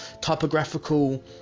typographical